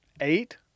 eight